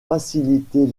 faciliter